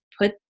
put